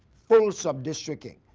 full sub districting.